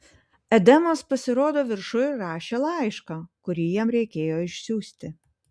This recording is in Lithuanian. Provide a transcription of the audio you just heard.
edemas pasirodo viršuj rašė laišką kurį jam reikėjo išsiųsti